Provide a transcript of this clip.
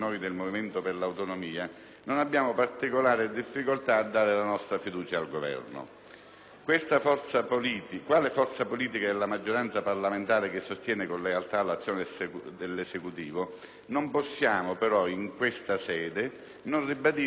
non abbiamo particolare difficoltà a dare la nostra fiducia al Governo. Quale forza politica della maggioranza parlamentare che sostiene con lealtà l'azione dell'Esecutivo, non possiamo però in questa sede non ribadire con forza la nostra posizione.